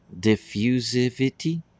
diffusivity